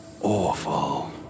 awful